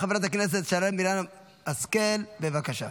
חברת הכנסת שרן מרים השכל, בבקשה.